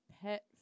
Pet